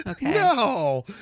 No